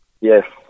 Yes